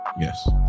Yes